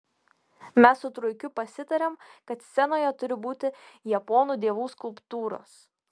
mes su truikiu pasitarėm kad scenoje turi būti japonų dievų skulptūros